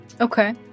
Okay